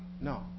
No